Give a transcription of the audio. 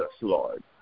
Lord